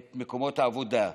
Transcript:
את מקומות העבודה,